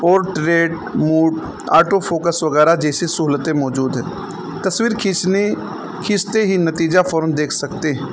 اور trade mode autofocus وغیرہ جیسی سہولتیں موجود ہیں تصویر کھینچنے کھینچتے ہی نتیجہ فوراً دیکھ سکتے ہیں